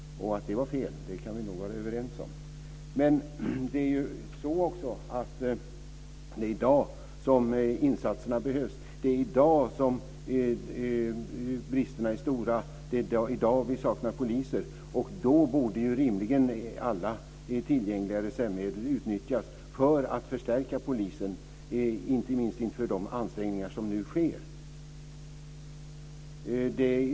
Att det var fel kan vi nog vara överens om. Det är i dag som insatserna behövs. Det är i dag som bristerna är stora. Det är i dag vi saknar poliser. Då borde rimligen alla tillgängliga reservmedel utnyttjas för att förstärka polisen inte minst inför de ansträngningar som nu ska ske.